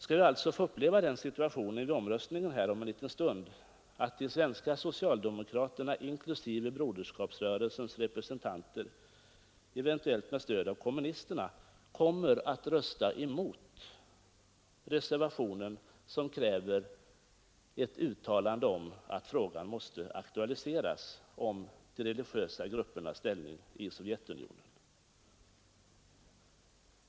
Skall vi alltså få uppleva den situationen vid omröstningen här om en liten stund, att de svenska socialdemokraterna, inklusive broderskapsrö relsens representanter, eventuellt med stöd av kommunisterna, kommer att rösta emot den reservation som kräver ett uttalande att frågan om de religiösa gruppernas ställning i Sovjetunionen måste aktualiseras?